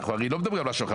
אנחנו הרי מדברים על מכתב.